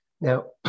Now